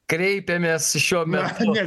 kreipiamės šiuo metu